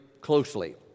closely